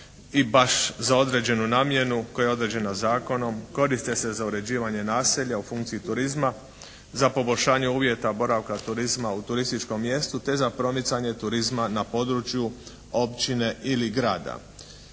i baš za određenu namjenu koja je određena zakonom koriste se za uređivanje naselja u funkciji turizma, za poboljšanje uvjeta boravka turizma u turističkom mjestu te za promicanje turizma na području općine ili grada.